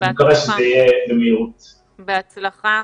בהצלחה.